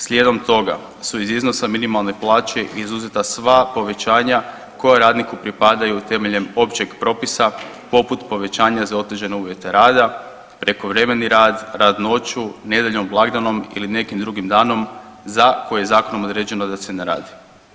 Slijedom toga su iz iznosa minimalne plaće izuzeta sva povećanja koja radniku pripadaju temeljem općeg propisa poput povećanja za otežane uvjete rada, prekovremeni rad, rad noću, nedjeljom, blagdanom ili nekim drugim danom za koje je zakonom određeno da se ne radi.